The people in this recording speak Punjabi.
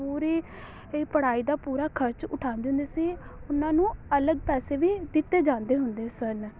ਪੂਰੀ ਇਹ ਪੜ੍ਹਾਈ ਦਾ ਪੂਰਾ ਖਰਚ ਉਠਾਉਂਦੇ ਹੁੰਦੇ ਸੀ ਉਹਨਾਂ ਨੂੰ ਅਲੱਗ ਪੈਸੇ ਵੀ ਦਿੱਤੇ ਜਾਂਦੇ ਹੁੰਦੇ ਸਨ